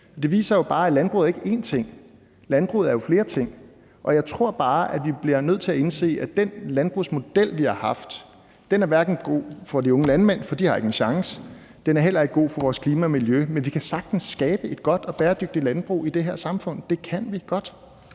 Det viser bare, at landbruget ikke er én ting. Landbruget er jo flere ting. Jeg tror bare, vi bliver nødt til at indse, at den landbrugsmodel, vi har haft, hverken er god for de unge landmænd, for de har ikke en chance, eller for vores klima og miljø. Men vi kan sagtens skabe et godt og bæredygtigt landbrug i det her samfund, det kan vi godt.